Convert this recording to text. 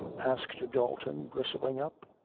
asked dalton, bristling up.